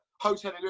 hotel